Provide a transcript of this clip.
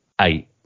eight